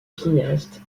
cinéaste